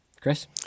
Chris